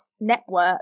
network